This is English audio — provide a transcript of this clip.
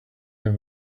him